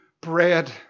bread